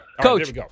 Coach